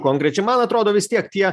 konkrečiai man atrodo vis tiek tie